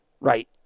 right